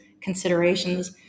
considerations